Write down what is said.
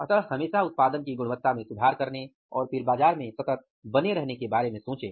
इसलिए हमेशा उत्पादन की गुणवत्ता में सुधार करने और फिर बाजार में सतत बने रहने के बारे में सोचें